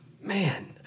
Man